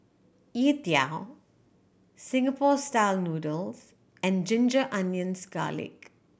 youtiao Singapore Style Noodles and ginger onions